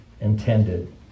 intended